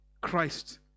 Christ